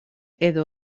edo